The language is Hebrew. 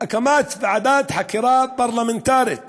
הקמת ועדת חקירה פרלמנטרית